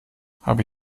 habe